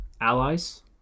allies